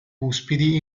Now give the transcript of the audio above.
cuspidi